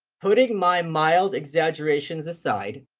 putting my mild exaggerations aside,